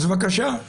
אז בבקשה,